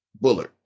Bullard